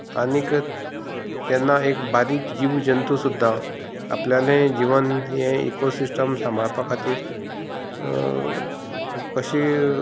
आनीक तेन्ना एक बारीक जीव जंतू सुद्दां आपल्याले जिवन हे इकोसिस्टम सांबाळपा खातीर कशी